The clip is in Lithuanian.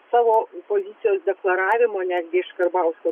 savo pozicijos deklaravimo netgi iš karbauskio